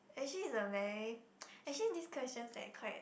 actually it's a very actually this question that's quite